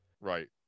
Right